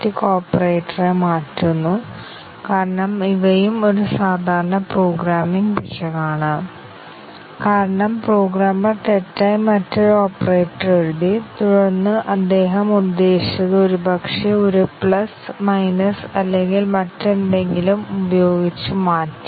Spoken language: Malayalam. പിന്നെ ഞങ്ങൾ ബ്രാഞ്ചും ഡിസിഷൻ കവറേജും നോക്കി ഞങ്ങൾ ബേസിക് കണ്ടിഷൻ കവറേജ് നോക്കി ഡിസിഷൻ കവറേജ് ഉപയോഗിച്ച് ബേസിക് കണ്ടിഷൻ നോക്കി multiple condition coverage MCDC coverage path coverage എന്നിവ ഞങ്ങൾ നോക്കി